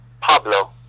Pablo